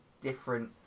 different